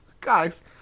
Guys